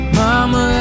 mama